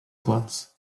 clubs